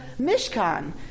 mishkan